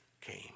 came